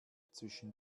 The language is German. zwischen